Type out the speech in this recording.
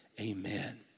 Amen